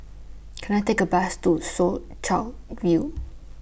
Can I Take A Bus to Soo Chow View